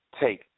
take